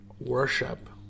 worship